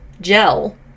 gel